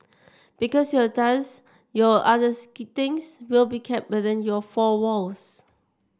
because your dance your others things will be kept within your four walls